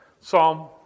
Psalm